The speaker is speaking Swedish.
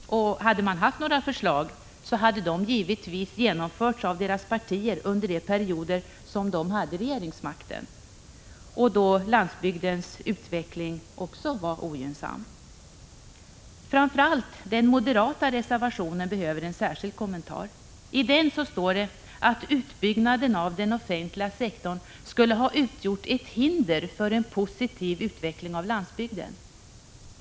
Hade man haft några förslag hade de givetvis genomförts av deras partier under de perioder då de hade regeringsmakten och då landsbygdens utveckling var Prot. 1985/86:149 ogynnsam. 22 maj 1986 Framför allt den moderata reservationen behöver en särskild kommentar. I den står det att utbyggnaden av den offentliga sektorn skulle ha utgjort ett hinder för en positiv utveckling av landsbygden.